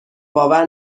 باور